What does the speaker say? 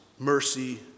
mercy